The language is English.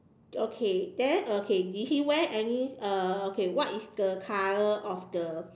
okay then okay did he wear any uh okay what is the color of the